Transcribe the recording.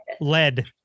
lead